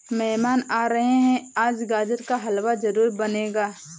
मेहमान आ रहे है, आज गाजर का हलवा जरूर बनेगा